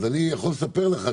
אני יכול לספר לך,